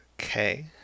okay